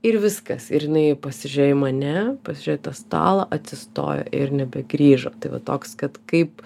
ir viskas ir jinai pasižiūrėjo į mane pasižiūrėjo į tą stalą atsistojo ir nebegrįžo tai va toks kad kaip